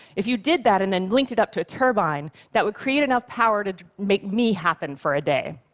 if you did that and then linked it up to a turbine, that would create enough power to make me happen for a day.